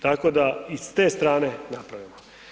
Tako da i s te strane napravimo.